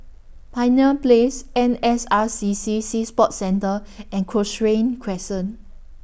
Pioneer Place N S R C C Sea Sports Centre and Cochrane Crescent